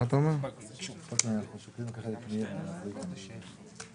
אין כאן איזשהו שינוי.